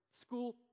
school